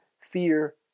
fear